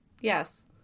Yes